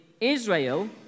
Israel